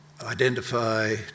identify